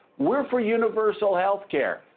we're for universal health care.